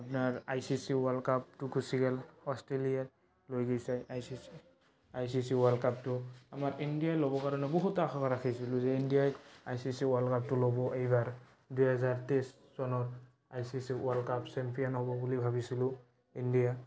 আই C C world কাপটো গুচি গ'ল অষ্ট্ৰেলিয়াই লৈ গৈছে I C C I C C world কাপটো আমাৰ ইণ্ডিয়াই ল'ব কাৰণে বহুত আশা ৰাখিছিলোঁ এ ইণ্ডিয়াই আই চি চি ৱৰ্ল্ড কাপটো ল'ব এইবাৰ দুহেজাৰ তেইছ চনত I C C world cup champion হ'ব বুলি ভাবিছিলোঁ ইণ্ডিয়া